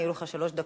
יהיו לך שלוש דקות,